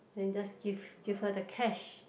then just give give her the cash